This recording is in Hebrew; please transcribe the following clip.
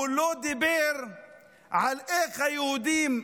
הוא לא דיבר על איך היהודים,